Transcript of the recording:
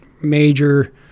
major